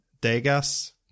Degas